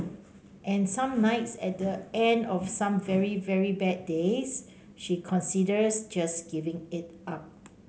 and some nights at the end of some very very bad days she considers just giving it up